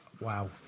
Wow